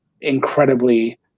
incredibly